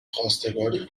خواستگاری